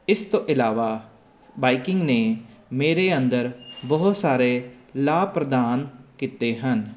ਇਸ ਤੋਂ ਇਲਾਵਾ ਬਾਈਕਿੰਗ ਨੇ ਮੇਰੇ ਅੰਦਰ ਬਹੁਤ ਸਾਰੇ ਲਾਭ ਪ੍ਰਦਾਨ ਕੀਤੇ ਹਨ